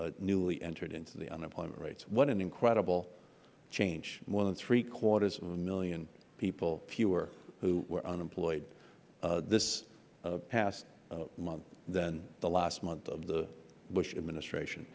who newly entered into the unemployment rates what an incredible change more than three quarters of a million people fewer who were unemployed this past month than the last month of the bush administration